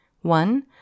One